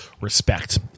respect